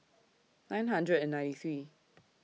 nine hundred and ninety three